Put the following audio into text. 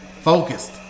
Focused